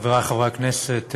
חברי חברי הכנסת,